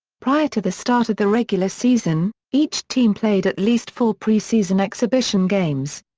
prior to the start of the regular season, each team played at least four preseason exhibition games.